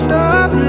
Stop